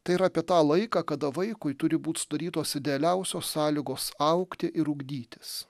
tai yra apie tą laiką kada vaikui turi būti sudarytos idealiausios sąlygos augti ir ugdytis